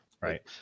Right